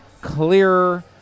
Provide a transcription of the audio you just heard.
clearer